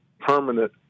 permanent